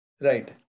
Right